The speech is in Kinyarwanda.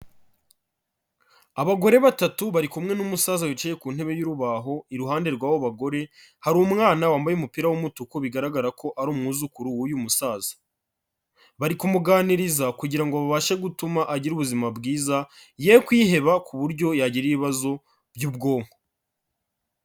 Abagore batatu bari kumwe n'umusaza wicaye ku ntebe y'urubaho iruhande rw'abo bagore hari umwana wambaye umupira w'umutuku bigaragara ko ari umwuzukuru w'uyu musaza, bari kumuganiriza kugira ngo babashe gutuma agira ubuzima bwiza, ye kwiheba ku buryo yagira ibibazo by'ubwonko.